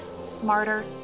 smarter